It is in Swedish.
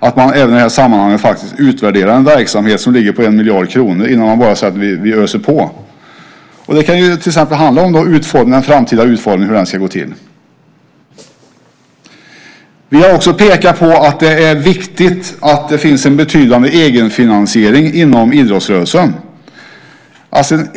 att man även i detta sammanhang faktiskt utvärderar en verksamhet som ligger på 1 miljard kronor innan man bara säger att man öser på. Det kan till exempel handla om hur den framtida utformningen ska gå till. Vi har också pekat på att det är viktigt att det finns en betydande egenfinansiering inom idrottsrörelsen.